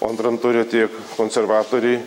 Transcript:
o antram ture tiek konservatoriai